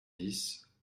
dix